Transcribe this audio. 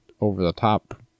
over-the-top